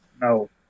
No